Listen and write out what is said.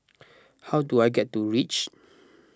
how do I get to Reach